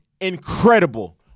incredible